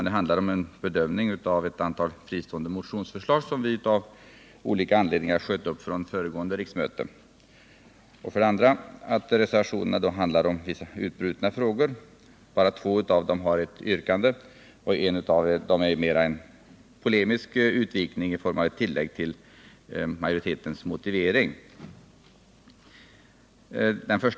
Det handlar om en bedömning av ett antal fristående motionsförslag, som vi av olika anledningar sköt upp från föregående riksmöte. För det andra handlar reservationerna också om utbrutna frågor. Bara två av dem har ett yrkande — en av dem är mera en polemisk utvikning i form av ett tillägg till majoritetens motivering.